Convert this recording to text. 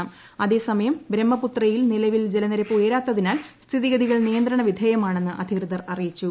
സ്കൂർ അതേസമയം ബ്രഹ്മപുത്രയിൽ നിലവിൽ ജലനിരപ്പ് ഉയരാത്തിതിനാൽ സ്ഥിതിഗതികൾ നിയന്ത്രണ വിധേയമാണെന്ന് അധികൃത്ർ അറിയിച്ചു